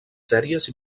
sèries